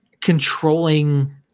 controlling